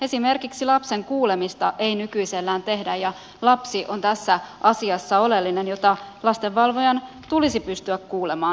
esimerkiksi lapsen kuulemista ei nykyisellään tehdä ja lapsi on tässä asiassa oleellinen häntä lastenvalvojan tulisi pystyä kuulemaan